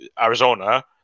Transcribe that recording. Arizona